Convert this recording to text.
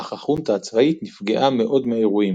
אך החונטה הצבאית נפגעה מאוד מהאירועים.